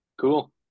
Cool